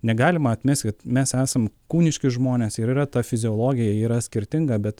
negalima atmest kad mes esam kūniški žmonės ir yra ta fiziologija yra skirtinga bet